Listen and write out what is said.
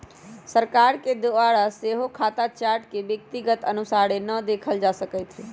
सरकार के द्वारा सेहो खता चार्ट के व्यक्तिगत अनुसारे न देखल जा सकैत हइ